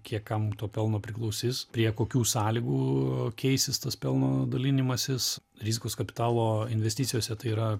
kiek kam to pelno priklausys prie kokių sąlygų keisis tas pelno dalinimasis rizikos kapitalo investicijose tai yra